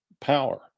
power